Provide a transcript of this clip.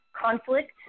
conflict